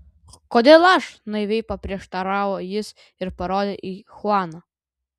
kodėl aš naiviai paprieštaravo jis ir parodė į chuaną